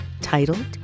titled